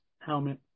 helmet